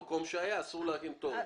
במקום שהיה אסור להקים תורן.